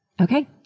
Okay